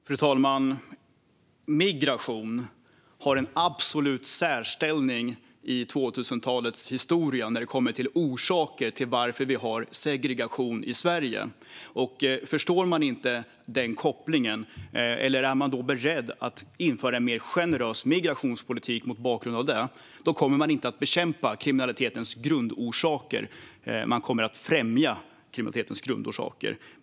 Fru talman! Migrationen har en absolut särställning i 2000-talets historia när det kommer till varför vi har segregation i Sverige. Förstår man inte denna koppling eller om man mot bakgrund av detta är beredd att införa en mer generös migrationspolitik kommer man inte att bekämpa utan främja kriminalitetens grundorsaker.